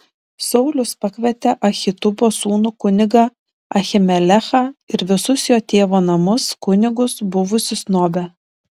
saulius pakvietė ahitubo sūnų kunigą ahimelechą ir visus jo tėvo namus kunigus buvusius nobe